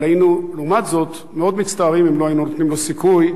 אבל היינו לעומת זאת מאוד מצטערים אם לא היינו נותנים לו סיכוי,